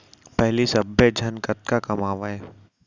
पहिली सब्बे झन कतका कमावयँ